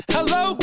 Hello